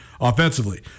offensively